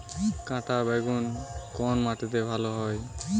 কাঁটা বেগুন কোন মাটিতে ভালো হয়?